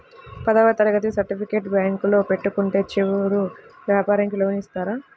పదవ తరగతి సర్టిఫికేట్ బ్యాంకులో పెట్టుకుంటే చిరు వ్యాపారంకి లోన్ ఇస్తారా?